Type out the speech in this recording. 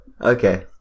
Okay